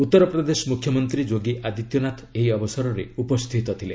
ଉଉରପ୍ରଦେଶ ମୁଖ୍ୟମନ୍ତ୍ରୀ ଯୋଗୀ ଆଦିତ୍ୟନାଥ ଏହି ଅବସରରେ ଉପସ୍ଥିତ ଥିଲେ